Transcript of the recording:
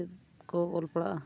ᱪᱮᱫ ᱠᱚ ᱚᱞ ᱯᱟᱲᱟᱜᱼᱟ